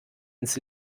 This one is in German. ins